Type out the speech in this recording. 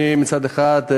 מצד אחד,